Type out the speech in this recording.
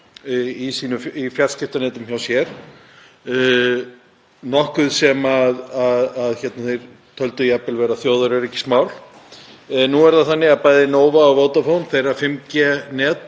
í fjarskiptanetum hjá sér, nokkuð sem þeir töldu jafnvel vera þjóðaröryggismál. Nú er það þannig að bæði Nova og Vodafone, þeirra 5G net